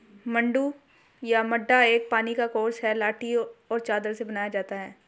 मड्डू या मड्डा एक पानी का कोर्स है लाठी और चादर से बनाया जाता है